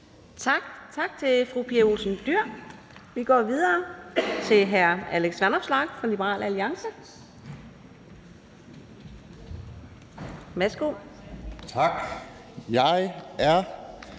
Tak til fru Pia Olsen Dyhr. Vi går videre til hr. Alex Vanopslagh fra Liberal Alliance.